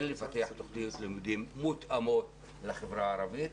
כן לפתח תוכניות לימודים מותאמות לחברה הערבית,